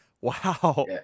Wow